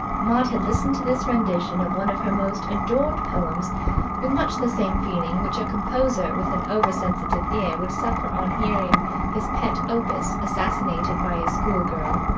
maud had listened to this rendition of one of her most adored poems with much the same feeling which a composer with an over-sensitive ear would suffer on hearing his pet opus assassinated by a schoolgirl.